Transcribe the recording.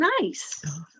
nice